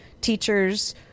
teachers